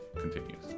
continues